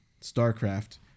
Starcraft